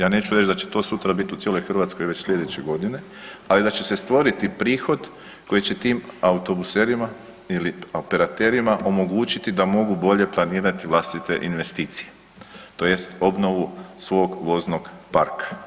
Ja neću reći da će to sutra biti u cijeloj Hrvatskoj već sljedeće godine, ali da će se stvoriti prihod koji će tim autobuserima ili operaterima omogućiti da mogu bolje planirati vlastite investicije, tj. obnovu svog voznog parka.